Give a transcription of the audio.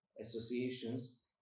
associations